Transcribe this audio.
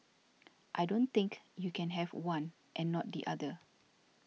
I don't think you can have one and not the other